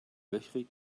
löchrig